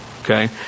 Okay